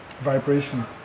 vibration